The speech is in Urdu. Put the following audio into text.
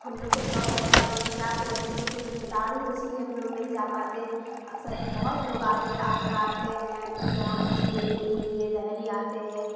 ہم لوگ کو شوق رہتا ہے مگر کیا کریں ہم لوگ کو ذمہ داری ہے اسی لیے ہم لوگ نہیں جا پاتے سب بہت لوگ آتے آگرہ آتے ہیں جامع مسجد دیکھنے کے لیے دہلی آتے ہیں